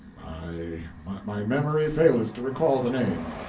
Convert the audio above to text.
i my memory faileth to recall the name.